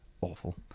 Awful